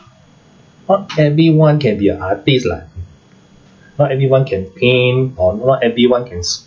not everyone can be a artist lah not everyone can paint or not everyone can